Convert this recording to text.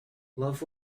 love